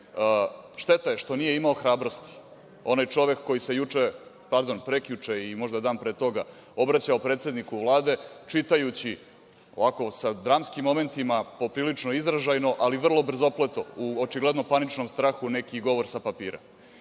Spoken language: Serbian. je što nije imao hrabrosti onaj čovek koji se juče, pardon, prekjuče i možda dan pre toga, obraćao predsedniku Vlade, čitajući sa dramskim momentima, poprilično izražajno, ali vrlo brzopleto, u očigledno paničnom strahu, neki govor sa papira.